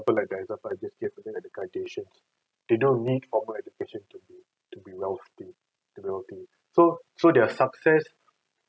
but like the example I just gave ago are the kardashian they don't need formal education to be to be wealthy so so their success